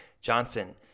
Johnson